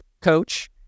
coach